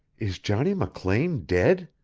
is johnny mclean dead?